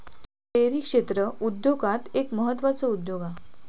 dairy क्षेत्र उद्योगांत एक म्हत्त्वाचो उद्योग हा